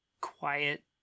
quiet